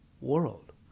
world